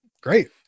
great